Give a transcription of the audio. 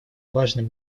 важным